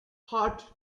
heart